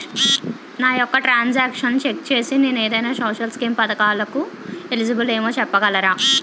నా యెక్క ట్రాన్స్ ఆక్షన్లను చెక్ చేసి నేను ఏదైనా సోషల్ స్కీం పథకాలు కు ఎలిజిబుల్ ఏమో చెప్పగలరా?